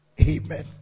Amen